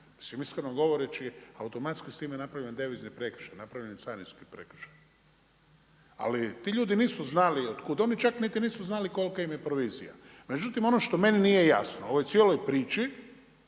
RH i iskreno govoreći automatski s time napravio jedan devizni prekršaj, napravljen je carinski prekršaj, ali ti ljudi nisu znali od kud. Oni čak niti nisu znali kolika im je provizija. Međutim ono što meni nije jasno u ovoj cijeloj priči